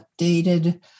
updated